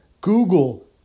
Google